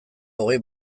hogei